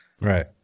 Right